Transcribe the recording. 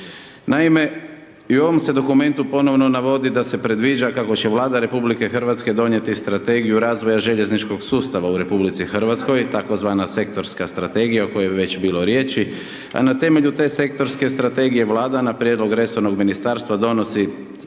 Naime, i u ovom se dokumentu ponovno navodi da se predviđa kako će Vlada RH donijeti strategiju razvoja željezničkog sustava u RH tzv. Sektorska strategija o kojoj je već bilo riječi, a na temelju te Sektorske strategije, Vlada na prijedlog resornog Ministarstva donosi